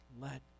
let